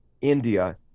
india